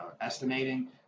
estimating